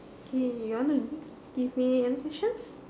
okay you want to give me any questions